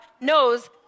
knows